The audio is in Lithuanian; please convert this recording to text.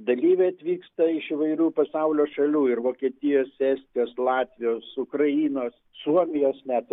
dalyviai atvyksta iš įvairių pasaulio šalių ir vokietijos estijos latvijos ukrainos suomijos net